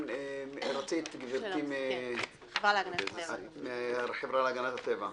כן, גברתי מהחברה להגנת הטבע.